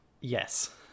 yes